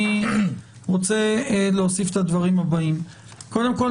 אני רוצה להוסיף: קודם כול,